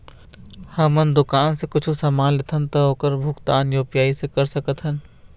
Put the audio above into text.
हमन दुकान से कुछू समान लेथन ता ओकर भुगतान यू.पी.आई से कर सकथन?